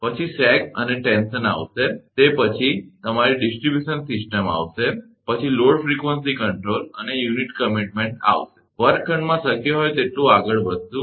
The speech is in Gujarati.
પછી સેગ અને ટેન્શન આવશે તે પછી તમારી ડીસ્ટ્રીબ્યુશન સિસ્ટમ આવશે પછી લોડ ફ્રીકવંસી કંટ્ર્રોલ અને યુનિટ કમીટમેન્ટ આવશે વર્ગખંડમાં શક્ય હોય તેટલું આગળ વધીશું